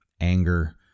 anger